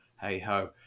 hey-ho